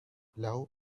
love